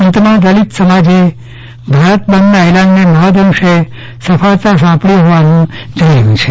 અંતમાં દલિત સમાજે ભારત બંધના એલાનને મહદઅંશે સફળ રહ્યું હોવાનું જણાવ્યું હતું